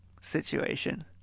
Situation